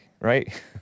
right